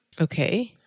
Okay